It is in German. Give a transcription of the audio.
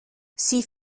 sie